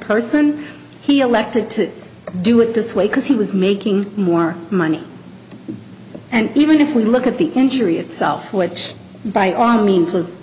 person he elected to do it this way because he was making more money and even if we look at the injury itself which by all means was